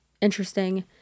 interesting